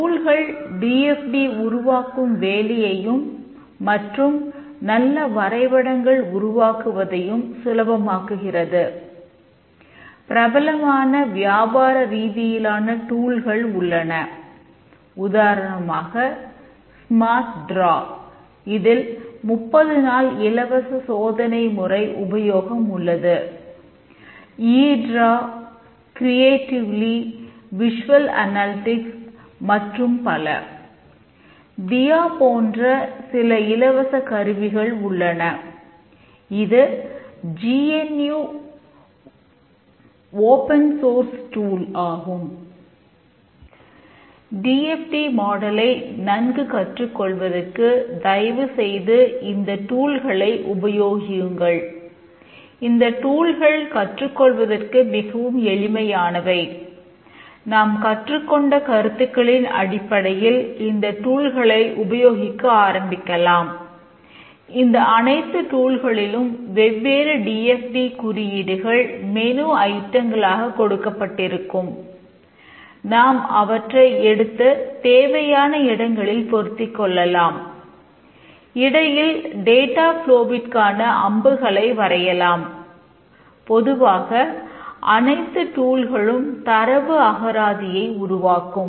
D F D மாடலை தரவு அகராதியை உருவாக்கும்